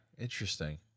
interesting